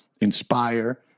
inspire